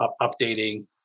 updating